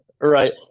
right